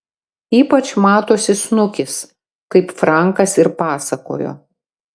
ypač matosi snukis kaip frankas ir pasakojo